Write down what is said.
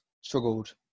struggled